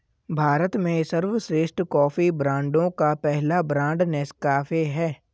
भारत में सर्वश्रेष्ठ कॉफी ब्रांडों का पहला ब्रांड नेस्काफे है